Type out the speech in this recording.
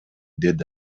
деди